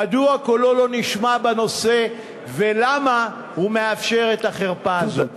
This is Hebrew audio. מדוע קולו לא נשמע בנושא ולמה הוא מאפשר את החרפה הזאת.